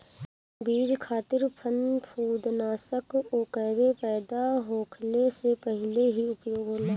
बीज खातिर फंफूदनाशक ओकरे पैदा होखले से पहिले ही उपयोग होला